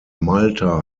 malta